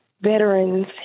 veterans